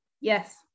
Yes